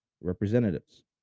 representatives